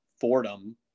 fordham